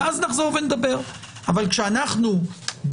אז אני מבקש שכשאתם מביאים את הנתונים על השורה התחתונה של המאסר,